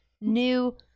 new